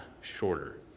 shorter